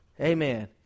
Amen